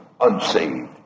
unsaved